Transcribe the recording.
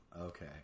Okay